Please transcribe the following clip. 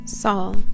Saul